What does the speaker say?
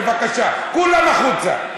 בבקשה, כולם החוצה.